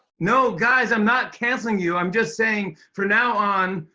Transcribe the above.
no, guys, i'm not canceling you. i'm just saying, from now on,